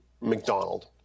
McDonald